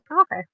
Okay